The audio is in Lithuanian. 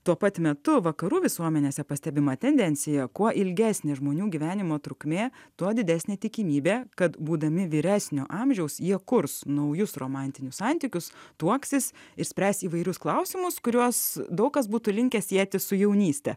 tuo pat metu vakarų visuomenėse pastebima tendencija kuo ilgesnė žmonių gyvenimo trukmė tuo didesnė tikimybė kad būdami vyresnio amžiaus jie kurs naujus romantinius santykius tuoksis ir spręs įvairius klausimus kuriuos daug kas būtų linkęs sieti su jaunyste